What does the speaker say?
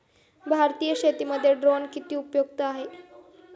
भारतीय शेतीमध्ये ड्रोन किती उपयुक्त आहेत?